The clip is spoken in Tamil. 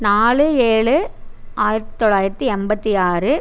நாலு ஏழு ஆயிரத்து தொளாயிரத்து எண்பத்தி ஆறு